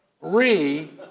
Re